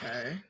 Okay